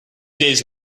days